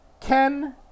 Ken